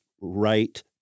right